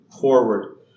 forward